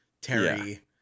Terry